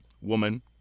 woman